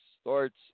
starts